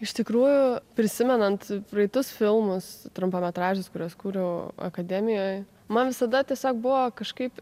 iš tikrųjų prisimenant praeitus filmus trumpametražius kuriuos kūriau akademijoj man visada tiesiog buvo kažkaip